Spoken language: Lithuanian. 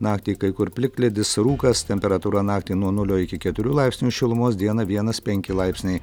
naktį kai kur plikledis rūkas temperatūra naktį nuo nulio iki keturių laipsnių šilumos dieną vienas penki laipsniai